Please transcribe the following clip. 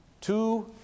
two